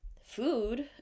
food